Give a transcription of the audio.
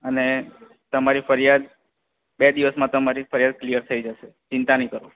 અને તમારી ફરિયાદ ને બે દિવસમાં તમારી ફરિયાદ ક્લિયર થઈ જશે ચિંતા ની કરો